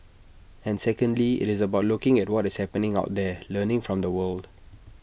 and secondly IT is about looking at what is happening out there learning from the world